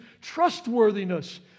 trustworthiness